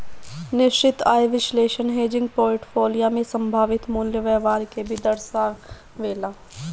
निश्चित आय विश्लेषण हेजिंग पोर्टफोलियो में संभावित मूल्य व्यवहार के भी दर्शावेला